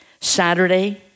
Saturday